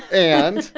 and.